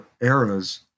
eras